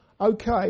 Okay